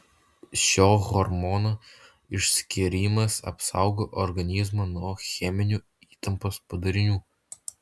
šio hormono išskyrimas apsaugo organizmą nuo cheminių įtampos padarinių